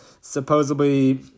Supposedly